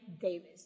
Davis